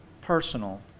personal